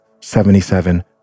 seventy-seven